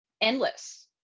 Endless